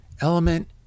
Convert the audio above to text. Element